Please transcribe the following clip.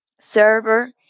server